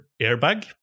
Airbag